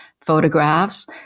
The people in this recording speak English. photographs